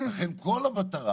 לכן כל המטרה